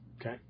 okay